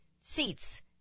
seats